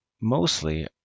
mostly